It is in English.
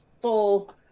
full